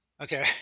Okay